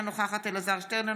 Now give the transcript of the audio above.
אינה נוכחת אלעזר שטרן,